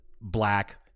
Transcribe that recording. black